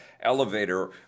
elevator